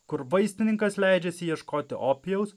kur vaistininkas leidžiasi ieškoti opijaus